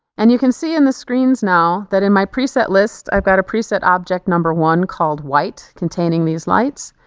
and you can see in the screens now that in my preset list i've got a preset object number one called white containing these lights,